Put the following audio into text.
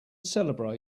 celebrate